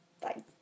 Bye